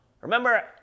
Remember